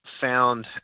found